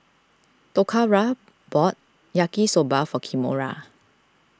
Toccara bought Yaki Soba for Kimora